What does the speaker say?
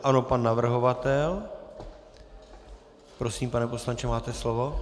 Ano, pan navrhovatel. Prosím, pane poslanče, máte slovo.